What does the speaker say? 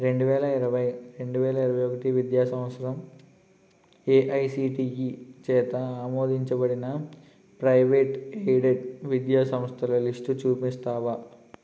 రెండు వేల ఇరవై రెండు వేల ఇరవై ఒకటి విద్యా సంవత్సరం ఏఐసిటీఈ చేత ఆమోదించబడిన ప్రైవేట్ ఎయిడెడ్ విద్యా సంస్థల లిస్టు చూపిస్తావా